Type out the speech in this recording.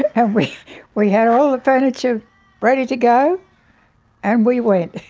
and we we had all the furniture ready to go and we went.